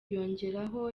yongeraho